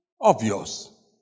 obvious